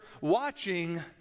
watching